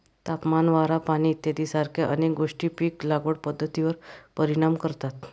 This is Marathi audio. तापमान, वारा, पाणी इत्यादीसारख्या अनेक गोष्टी पीक लागवड पद्धतीवर परिणाम करतात